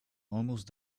almost